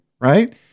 right